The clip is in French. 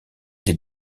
des